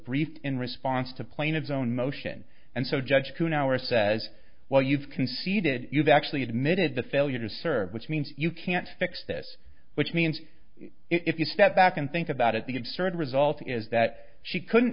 brief in response to plaintiff zone motion and so judge who in our says well you've conceded you've actually admitted the failure to serve which means you can't fix this which means if you step back and think about it the concerted result is that she couldn't